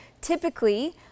typically